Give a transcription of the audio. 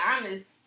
honest